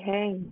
oh no it hang